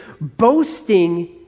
boasting